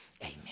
Amen